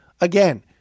Again